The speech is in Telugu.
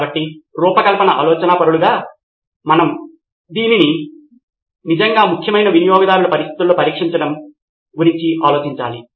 కాబట్టి రూపకల్పన ఆలోచనాపరులుగా మనం దీన్ని నిజంగా ముఖ్యమైన వినియోగదారుల పరిస్థితులలో పరీక్షించడం గురించి ఆలోచించాలి